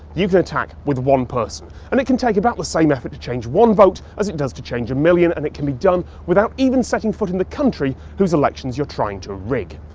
you can attack with one person. and it can take about the same effort to change one vote as it does to change a million. and it can be done without even setting foot in the country whose elections you're trying to rig.